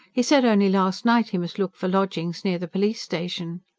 he said only last night he must look for lodgings near the police station.